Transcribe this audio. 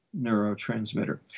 neurotransmitter